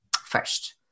first